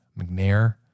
McNair